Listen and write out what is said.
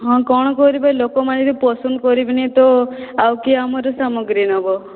ହଁ କ'ଣ କରିବା ଲୋକମାନେ ବି ପସନ୍ଦ କରିବେନି ତ ଆଉ କିଏ ଆମର ସାମଗ୍ରୀ ନେବ